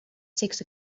six